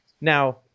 Now